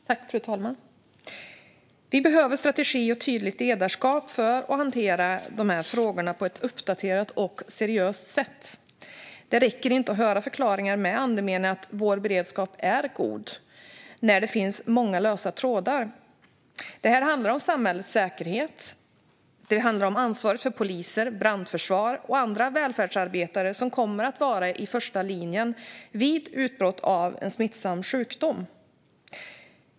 Fru talman! Vi behöver strategi och tydligt ledarskap för att hantera de här frågorna på ett uppdaterat och seriöst sätt. Det räcker inte att höra förklaringar med andemeningen att vår beredskap är god när det finns många lösa trådar. Det här handlar om samhällets säkerhet. Det handlar om ansvaret för poliser, brandförsvar och andra välfärdsarbetare som kommer att vara i första linjen vid utbrott av en smittsam sjukdom.